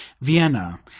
Vienna